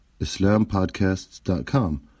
islampodcasts.com